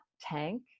tank